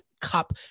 cup